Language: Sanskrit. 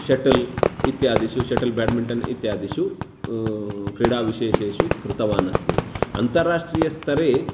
शटल् इत्यादिषु शटल् बाड्मिण्टन् इत्यादिषु क्रीडाविशेषेषु कृतवान् अस्मि अन्तर्राष्ट्रीयस्तरे